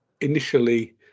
initially